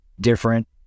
different